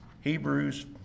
Hebrews